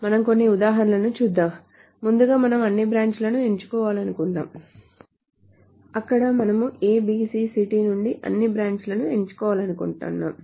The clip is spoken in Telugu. మనం కొన్ని ఉదాహరణలను చూద్దాం ముందుగా మనం అన్ని బ్రాంచ్ లను ఎంచుకోవాలనుకుందాం అక్కడ మనము ABC సిటీ నుండి అన్ని బ్రాంచ్ లను ఎంచుకోవాలనుకుంటున్నాము